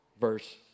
verse